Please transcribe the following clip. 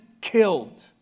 killed